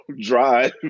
drive